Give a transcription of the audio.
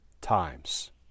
times